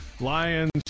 Lions